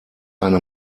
eine